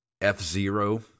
F-Zero